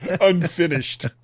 unfinished